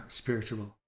spiritual